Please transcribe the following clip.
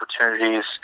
opportunities